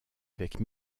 avec